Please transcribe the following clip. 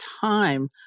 time